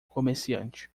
comerciante